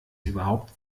überhaupt